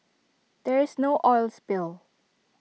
there is no oil spill